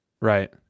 Right